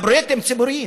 לפרויקטים ציבוריים,